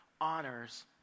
honors